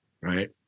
right